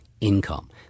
income